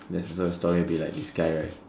there's also story a bit like this guy right